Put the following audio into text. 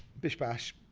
bish bash,